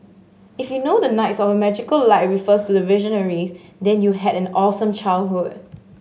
if you know the knights of a magical light refers to the Visionaries then you had an awesome childhood